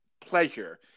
pleasure